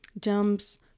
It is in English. jumps